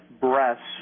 breasts